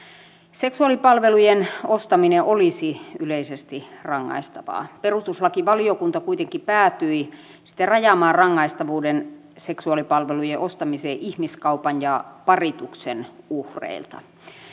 seksuaalipalvelujen ostaminen olisi yleisesti rangaistavaa perustuslakivaliokunta kuitenkin päätyi sitten rajaamaan rangaistavuuden seksuaalipalvelujen ostamiseen ihmiskaupan ja parituksen uhreilta